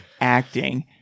acting